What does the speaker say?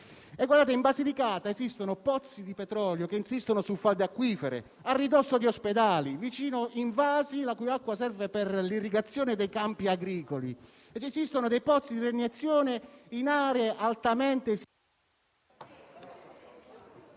In Basilicata esistono pozzi di petrolio che insistono su falde acquifere a ridosso di ospedali, vicino invasi la cui acqua serve per l'irrigazione dei campi agricoli, oltre a pozzi di reiniezione. In conclusione,